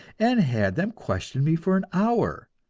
and had them question me for an hour,